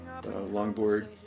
longboard